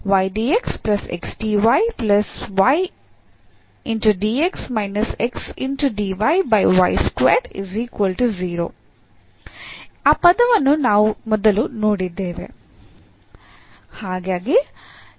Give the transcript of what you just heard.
ಆ ಪದವನ್ನು ನಾವು ಮೊದಲು ನೋಡಿದ್ದೇವೆ